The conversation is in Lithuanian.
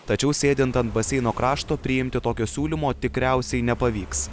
tačiau sėdint ant baseino krašto priimti tokio siūlymo tikriausiai nepavyks